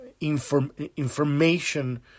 information